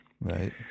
Right